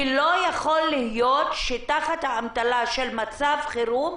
כי לא יכול להיות שתחת האמתלה של מצב חירום,